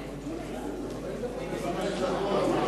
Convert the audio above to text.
למה לא הצבעה?